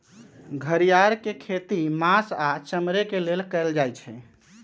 घरिआर के खेती मास आऽ चमड़े के लेल कएल जाइ छइ